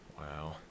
Wow